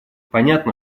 понятно